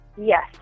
Yes